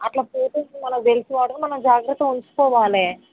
అట్లా పోతుంటాయని మనకి తెలుసు కాబట్టి మనం జాగ్రత్తగా ఉంచుకోవాలి